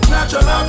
Natural